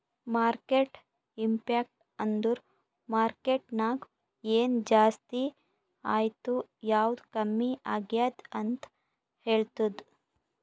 market impact ಅಂದುರ್ market ನಾಗ್ ಎನ್ ಜಾಸ್ತಿ ಆಯ್ತ್ ಯಾವ್ದು ಕಮ್ಮಿ ಆಗ್ಯಾದ್ ಅಂತ್ ಹೇಳ್ತುದ್